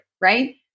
right